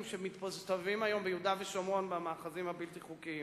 שמסתובבים היום ביהודה ושומרון במאחזים הבלתי-חוקיים.